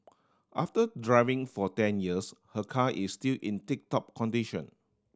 after driving for ten years her car is still in tip top condition